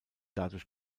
dadurch